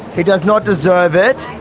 he does not deserve it.